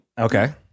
Okay